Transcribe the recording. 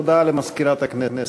הודעה למזכירת הכנסת.